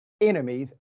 enemies